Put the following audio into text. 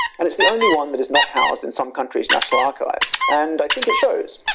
and is the only one that is not housed in some country's national archives and i think it shows.